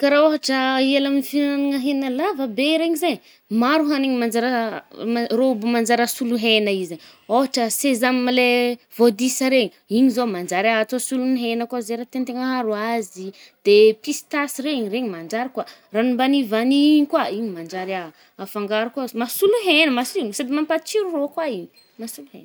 Kà raha ôhatra iala amy fihinanagna hegna lava be regny zay, maro hanigny manjary rô mbo manjary asolo hegna izy e. ôhatra sésame le voadisa regny, igny zao manjary atô solon’ny hegna koà zay raha tiàn-tegna aharo azy ih. De pistasy regny, regny manjary koà. Ranom-banille, vanille i koà, igny manjary afangaro koà, masolo hegna, masi-sady mampatsiro rô koà igny, masolo hegna.